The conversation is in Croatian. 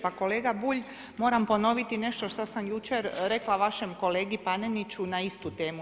Pa kolega Bulj, moram ponoviti nešto što sam jučer rekla vašem kolegi Paneniću na istu temu.